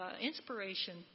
inspiration